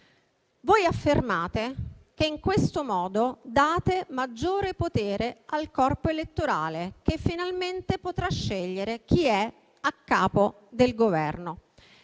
Voi affermate che in questo modo date maggiore potere al corpo elettorale, che finalmente potrà scegliere chi è a capo del Governo.